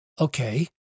Okay